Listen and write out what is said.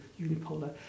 Unipolar